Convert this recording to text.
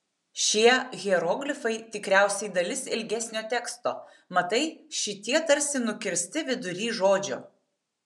šie hieroglifai tikriausiai dalis ilgesnio teksto matai šitie tarsi nukirsti vidury žodžio